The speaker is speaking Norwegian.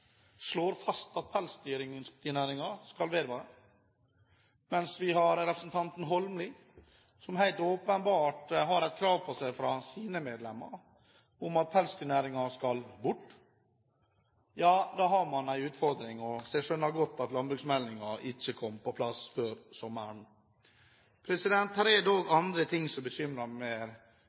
slår fast at pelsdyrnæringen skal opprettholdes, mens representanten Holmelid helt åpenbart har et klart krav på seg fra sine medlemmer om at pelsdyrnæringen skal bort, ja da har man en utfordring. Så jeg skjønner godt at landbruksmeldingen ikke kom på plass før sommeren. Her er dog andre ting som bekymrer mer.